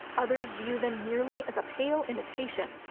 others view them merely as a pale imitation,